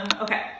Okay